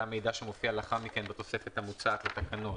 המידע שמופיע לאחר מכן בתוספת המוצעת לתקנות,